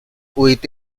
with